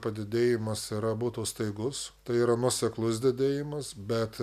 padidėjimas yra būtų staigus tai yra nuoseklus didėjimas bet